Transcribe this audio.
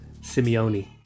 Simeone